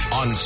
on